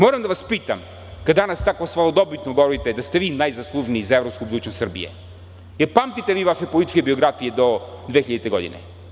Moram da vas pitam kada danas tako slavodobitno govorite da ste vi najzaslužniji za evropsku budućnost Srbije, da li pamtite vi vaše političke biografije do 2000. godine?